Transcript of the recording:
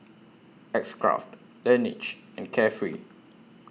X Craft Laneige and Carefree